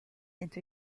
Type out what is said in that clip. into